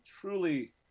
truly